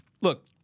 look